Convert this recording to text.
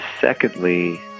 secondly